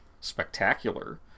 spectacular